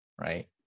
Right